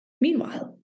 Meanwhile